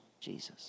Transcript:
Jesus